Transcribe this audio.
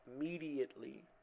immediately